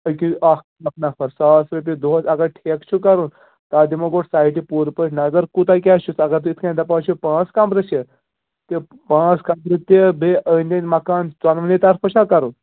اَکھ اَکھ نَفر ساس رۄپیہِ دۄہَس اگر ٹھیکہٕ چھُو کَرُن تَتھ دِمو گۄڈٕ سایٹہِ پوٗرٕ پٲٹھۍ نَظر کوٗتاہ کیٛاہ چھُس اگر تُہۍ یِتھ کٔنۍ دَپان چھُو پانٛژھ کَمرٕ چھِ تہِ پانٛژھ کَمرٕ تہِ بیٚیہِ أنٛدۍ أنٛدۍ مکان ژۄنؤنی طرفہٕ چھےٚ کَرُن